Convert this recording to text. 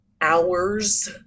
hours